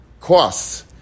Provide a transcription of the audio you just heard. costs